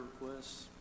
requests